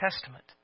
Testament